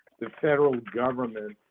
the federal government